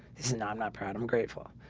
he's not not proud. i'm grateful.